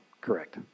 Correct